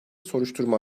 soruşturma